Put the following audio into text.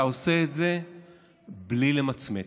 אתה עושה את זה בלי למצמץ,